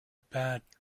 bad